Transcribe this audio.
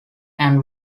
ann